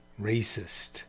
racist